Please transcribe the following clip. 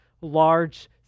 large